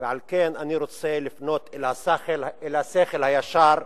ועל כן אני רוצה לפנות אל השכל הישר.